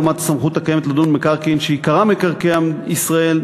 לעומת הסמכות הקיימת לדון במקרקעין שעיקרם מקרקעי ישראל,